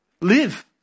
live